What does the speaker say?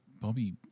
Bobby